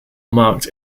marked